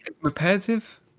repetitive